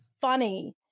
funny